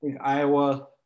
Iowa